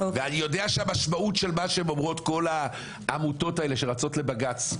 ואני יודע שהמשמעות של מה שאומרות כל העמותות האלה שרצות לבג"ץ,